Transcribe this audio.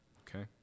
okay